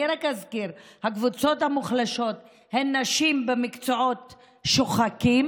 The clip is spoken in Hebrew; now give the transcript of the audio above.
אני רק אזכיר: הקבוצות המוחלשות הן נשים במקצועות שוחקים,